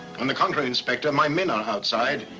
on the contrary, inspector, my men are outside.